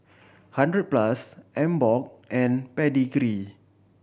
Hundred Plus Emborg and Pedigree